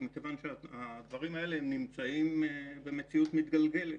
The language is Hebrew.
מכיוון שהדברים האלה נמצאים במציאות מתגלגלת.